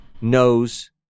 knows